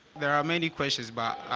there are many questions back